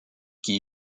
qui